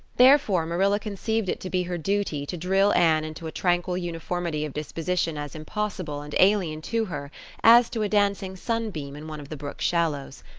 therefore marilla conceived it to be her duty to drill anne into a tranquil uniformity of disposition as impossible and alien to her as to a dancing sunbeam in one of the brook shallows.